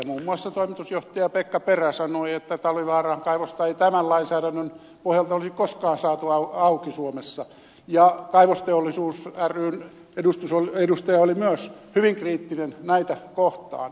muun muassa toimitusjohtaja pekka perä sanoi että talvivaaran kaivosta ei tämän lainsäädännön pohjalta olisi koskaan saatu auki suomessa ja kaivannaisteollisuus ryn edustaja oli myös hyvin kriittinen näitä kohtaan